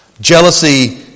Jealousy